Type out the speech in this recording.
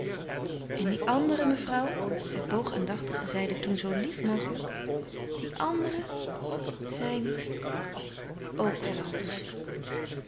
en die andere mevrouw zij boog aandachtig en zeide toen zoo lief mogelijk die andere zijn ok valsch